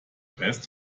best